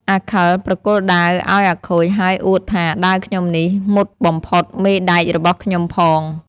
អាខិលប្រគល់ដាវឱ្យអាខូចហើយអួតថា “ដាវខ្ញុំនេះមុតបំផុត មេដែករបស់ខ្ញុំផង។